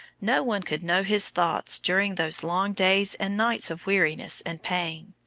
no one could know his thoughts during those long days and nights of weariness and pain.